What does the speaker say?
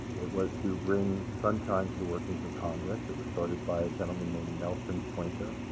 it was to bring sunshine to the workings of congress. it was started by a gentleman named nelson poynter,